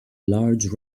large